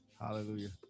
hallelujah